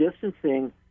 distancing